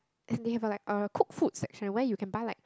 and they like have a cooked food section where you can buy like